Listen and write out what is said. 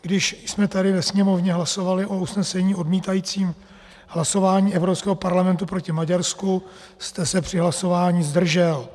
Když jsme tady ve Sněmovně hlasovali o usnesení odmítajícím hlasování Evropského parlamentu proti Maďarsku, tak jste se při hlasování zdržel.